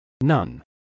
None